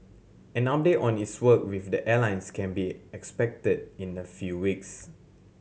an update on its work with the airlines can be expected in a few weeks